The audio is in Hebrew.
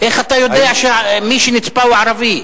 איך אתה יודע שמי שנצפה הוא ערבי?